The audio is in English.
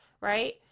Right